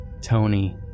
Tony